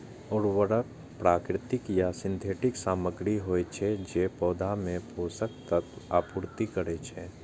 उर्वरक प्राकृतिक या सिंथेटिक सामग्री होइ छै, जे पौधा मे पोषक तत्वक आपूर्ति करै छै